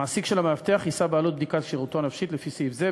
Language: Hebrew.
מעסיק של מאבטח יישא בעלות בדיקת כשירותו הנפשית לפי סעיף זה,